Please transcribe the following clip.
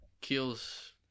kills